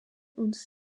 uns